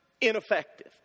ineffective